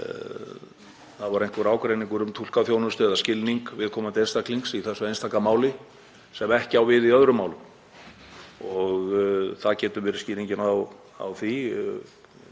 það væri einhver ágreiningur um túlkaþjónustu eða skilning viðkomandi einstaklings í þessu einstaka máli sem ekki ætti við í öðrum málum, að það geti verið skýringin á því